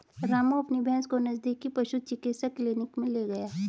रामू अपनी भैंस को नजदीकी पशु चिकित्सा क्लिनिक मे ले गया